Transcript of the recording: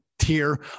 tier